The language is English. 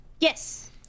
Yes